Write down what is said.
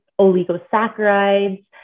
oligosaccharides